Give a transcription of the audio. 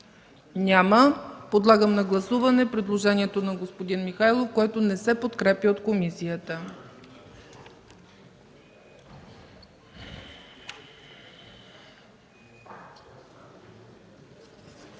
Няма. Подлагам на гласуване предложението на вносителя за § 14, което се подкрепя от комисията.